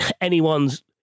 anyone's